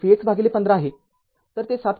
तर ix vx१५ आहे तर ते ७